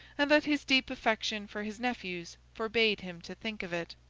and that his deep affection for his nephews forbade him to think of it.